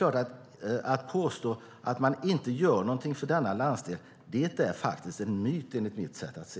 Att påstå att det inte görs något för denna landsdel är en myt enligt mitt sätt att se.